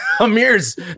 Amir's